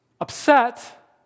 upset